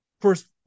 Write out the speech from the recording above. first